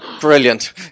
Brilliant